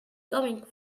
going